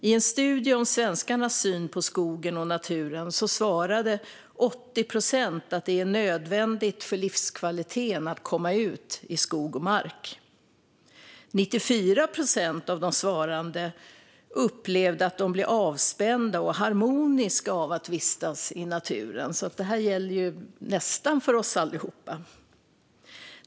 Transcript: I en studie om svenskarnas syn på skogen och naturen svarade 80 procent att det är nödvändigt för livskvaliteten att komma ut i skog och mark. Av de svarande var det 94 procent som upplevde att de blir avspända och harmoniska av att vistas i naturen. Detta gäller alltså för oss nästan allihop.